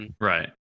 Right